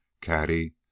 Caddy